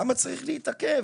למה צריך להתעכב?